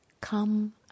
come